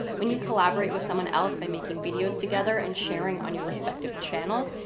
when you collaborate with someone else by making videos together and sharing on your respective channels,